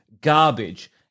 garbage